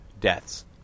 deaths